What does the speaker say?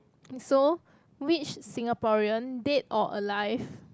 so which Singaporean dead or alive